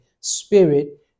spirit